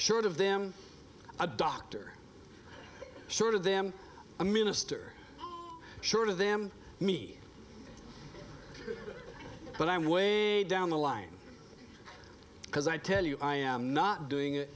short of them a doctor sort of them a minister short of them me but i'm way down the line because i tell you i am not doing it